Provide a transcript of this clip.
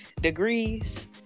degrees